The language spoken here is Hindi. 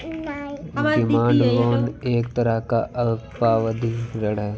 डिमांड लोन एक तरह का अल्पावधि ऋण है